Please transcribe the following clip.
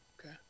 okay